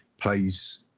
plays